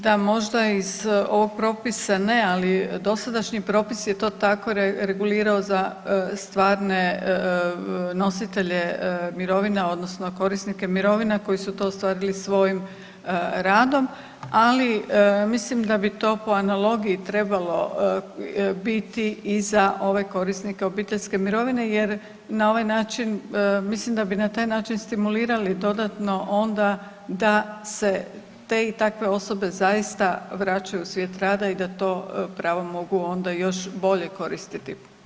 Da, možda iz ovog propisa ne, ali dosadašnji propis je to tako regulirao za stvarne nositelje mirovina odnosno korisnike mirovina koji su to ostvarili svojim radom, ali mislim da bi to po analogiji trebalo biti i za ove korisnike obiteljske mirovine jer na ovaj način, mislim da bi na taj način stimulirali dodatno onda da se te i takve osobe zaista vraćaju u svijet rada i da to pravo mogu onda još bolje koristiti.